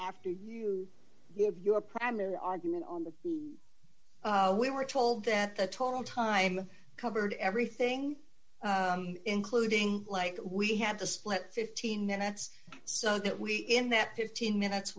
after you have your primary argument on that we were told that the total time covered everything including like we had to split fifteen minutes so that we in that fifteen minutes